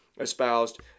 espoused